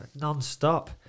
Non-stop